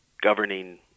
governing